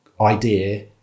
idea